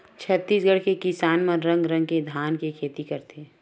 छत्तीसगढ़ के किसान मन रंग रंग के धान के खेती करथे